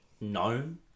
known